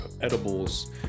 edibles